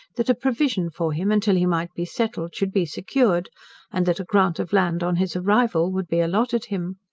that a provision for him until he might be settled, should be secured and that a grant of land on his arrival would be allotted him.